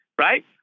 right